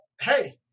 hey